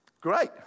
Great